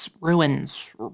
ruins